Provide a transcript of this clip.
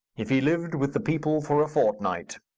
if he lived with the people for a fortnight,